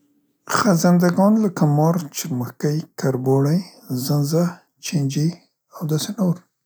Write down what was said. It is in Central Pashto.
خزنده ګان لکه مار، چرمښکۍ، کربوړی، ځنځه، چنجي او داسې نور.